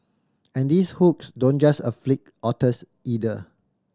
and these hooks don't just afflict otters either